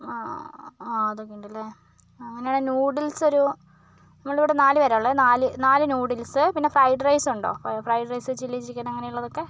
ആ അതൊക്കെ ഉണ്ടല്ലേ അങ്ങനെയാണേ നൂഡിൽസ് ഒരു ഞങ്ങളിവിടെ നാല് പേരാണുള്ളത് നാല് നൂഡിൽസ് പിന്നെ ഫ്രൈഡ് റൈസുണ്ടോ ഫ്രൈഡ് റൈസ് ചില്ലി ചിക്കൻ അങ്ങനെയുള്ളതൊക്കെ